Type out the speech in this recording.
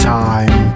time